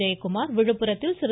ஜெயக்குமாரும் விழுப்புரத்தில் திரு